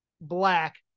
black